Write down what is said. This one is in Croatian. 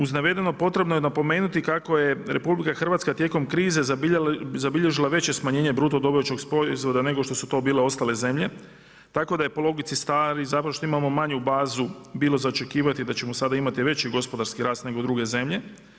Uz navedeno potrebno je napomenuti kako je Republika Hrvatska tijekom krize zabilježila veće smanjenje bruto domaćeg proizvoda nego što su to bile ostale zemlje, tako da je po logici stvari zato što imamo manju bazu bilo za očekivati da ćemo sada imati veći gospodarski rast nego druge zemlje.